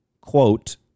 quote